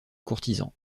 courtisans